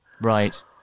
Right